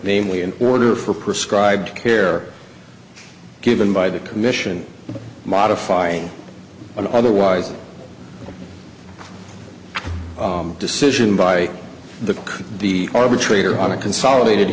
namely an order for prescribed care given by the commission modifying an otherwise decision by the cook the arbitrator on a consolidated